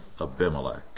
Abimelech